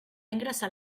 ingressar